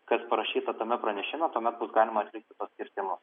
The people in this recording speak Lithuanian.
kas parašyta tame pranešime tuomet bus galima atlikti tuos kirtimus